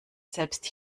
selbst